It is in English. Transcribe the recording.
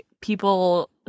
people